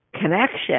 connection